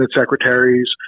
secretaries